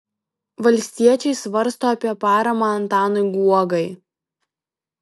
valstiečiai svarsto apie paramą antanui guogai